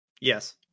yes